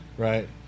Right